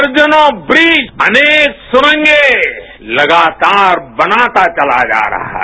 दर्जनों ब्रिज अनेक सुरगें लगातार बनाता चला जा रहा है